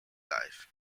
life